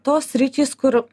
tos sritys kur